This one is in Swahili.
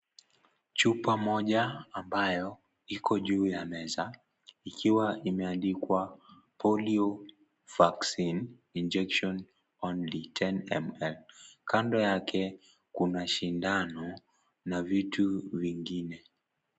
Chupa moja ambayo iko juu ya meza ikiwa imeandikwa Polio vaccine injection only 10ml kando yake kuna shindano na vitu vingine.